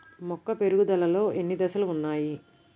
మొక్క పెరుగుదలలో ఎన్ని దశలు వున్నాయి?